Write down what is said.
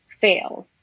fails